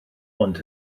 ond